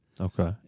Okay